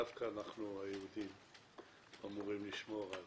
דווקא אנחנו היהודים אמורים לשמור על